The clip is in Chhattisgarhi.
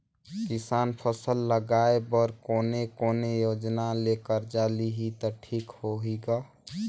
किसान फसल लगाय बर कोने कोने योजना ले कर्जा लिही त ठीक होही ग?